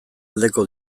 aldeko